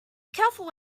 careful